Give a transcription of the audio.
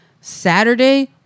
Saturday